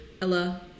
Ella